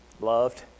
loved